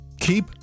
Keep